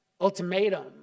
ultimatum